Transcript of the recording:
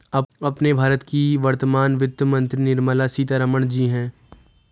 अपने भारत की वर्तमान वित्त मंत्री निर्मला सीतारमण जी हैं